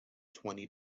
twenty